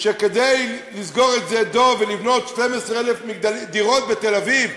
שכדי לסגור את שדה-דב ולבנות 12,000 דירות בתל-אביב,